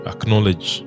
Acknowledge